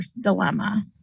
dilemma